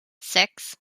six